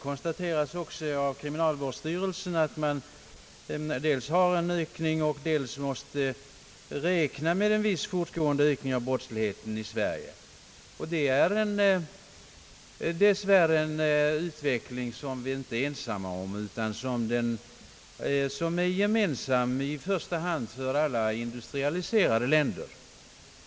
även kriminalvårdsstyrelsen konstaterar dels att det sker en ökning nu och dels att man måste räkna med en viss fortgående ökning av brottsligheten i Sverige. Det är dess värre en utveckling som vi inte är ensamma om utan som är gemensam i första hand för alla industrialiserade länder.